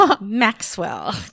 Maxwell